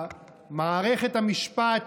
מערכת המשפט,